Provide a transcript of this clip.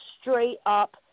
straight-up